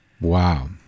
Wow